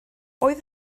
oedd